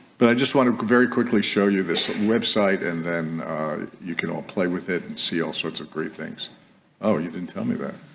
but i just want to very quickly show you this website and then you can all play with it and see all sorts of great things oh you didn't tell me about